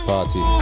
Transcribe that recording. Party